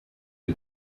who